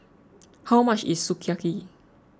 how much is Sukiyaki